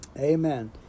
amen